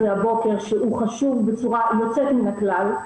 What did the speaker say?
הבוקר שהוא חשוב בצורה יוצאת מן הכלל.